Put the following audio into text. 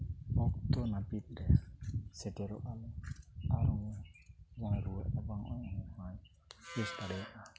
ᱚᱠᱛᱚ ᱱᱟᱹᱯᱤᱛᱞᱮ ᱥᱮᱴᱮᱨᱚᱜᱼᱟ ᱟᱨ ᱟᱨᱦᱚᱸ ᱱᱚᱜᱼᱚᱭ ᱨᱩᱣᱟᱹᱜᱼᱨᱟᱵᱟᱝ ᱫᱟᱲᱮᱭᱟᱜᱼᱟ